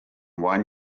one